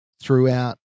throughout